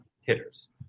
hitters